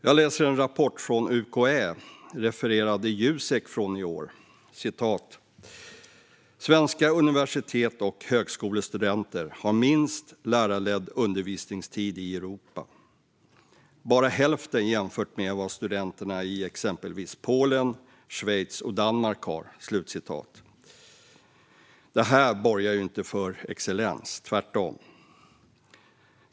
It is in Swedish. Jag läser i en rapport från UKÄ, refererad till av Jusek i år, att svenska universitets och högskolestudenter har minst lärarledd undervisningstid i Europa och bara hälften av vad studenter i exempelvis Polen, Schweiz och Danmark har. Detta borgar ju inte för excellens, tvärtom.